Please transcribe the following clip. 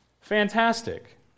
Fantastic